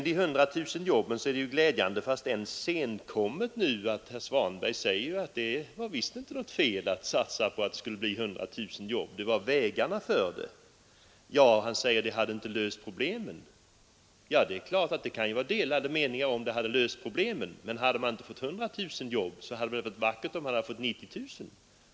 Det är glädjande om än senkommet att herr Svanberg nu säger att det inte var något fel att satsa på 100 000 nya jobb; det var vägarna för att uppnå detta som socialdemokraterna kritiserade. Han säger att centerns förslag inte hade löst problemen. Det är klart att det kan vara delade meningar om huruvida de hade löst problemen, men om man inte hade fått 100 000 jobb hade det varit vackert om man hade fått 90 000.